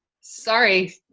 sorry